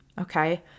Okay